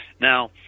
now